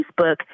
Facebook